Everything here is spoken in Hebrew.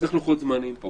צריך לוחות זמנים פה.